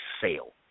sale